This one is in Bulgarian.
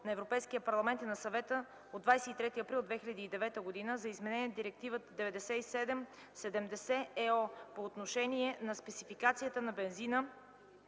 на Европейския парламент и на Съвета от 23 април 2009 г. за изменение на Директива 98/70/ЕО по отношение на спецификацията на бензина,